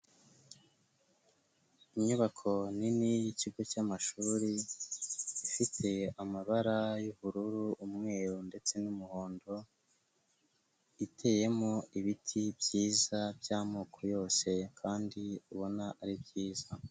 Inyubako nini y'ikigo cy'amashuri, ifite amabara y'ubururu umweru ndetse n'umuhondo, iteyemo ibiti byiza by'amoko yose kandi ubona ari byiza.